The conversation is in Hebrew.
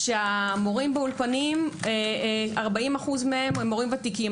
המורים באולפנים 40% מהם הם מורים ותיקים,